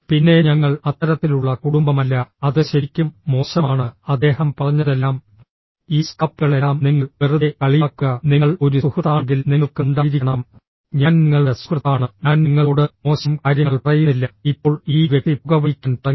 പിന്നെ ഞങ്ങൾ അത്തരത്തിലുള്ള കുടുംബമല്ല അത് ശരിക്കും മോശമാണ് അദ്ദേഹം പറഞ്ഞതെല്ലാം ഈ സ്ക്രാപ്പുകളെല്ലാം നിങ്ങൾ വെറുതെ കളിയാക്കുക നിങ്ങൾ ഒരു സുഹൃത്താണെങ്കിൽ നിങ്ങൾക്ക് ഉണ്ടായിരിക്കണം ഞാൻ നിങ്ങളുടെ സുഹൃത്താണ് ഞാൻ നിങ്ങളോട് മോശം കാര്യങ്ങൾ പറയുന്നില്ല ഇപ്പോൾ ഈ വ്യക്തി പുകവലിക്കാൻ തുടങ്ങി